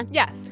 yes